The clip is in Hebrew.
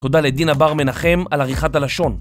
תודה לדינה בר מנחם על עריכת הלשון